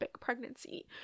pregnancy